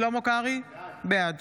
בעד